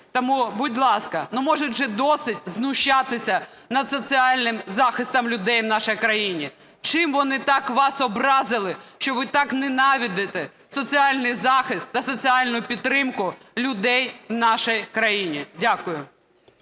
Тому, будь ласка, ну може вже досить знущатися над соціальним захистом людей в нашій крані? Чим вони так вас образили, що ви так ненавидите соціальний захист та соціальну підтримку людей в нашій країні? Дякую.